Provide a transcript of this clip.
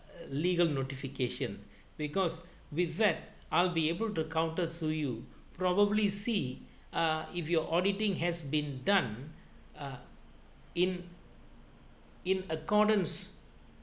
legal notification because with that I'll be able to counter so you probably see uh if your auditing has been done uh in in accordance